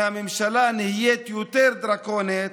והממשלה נהיית יותר דרקונית,